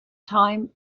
time